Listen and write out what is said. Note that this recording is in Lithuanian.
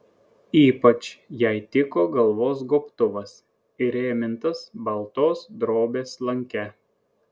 ypač jai tiko galvos gobtuvas įrėmintas baltos drobės lanke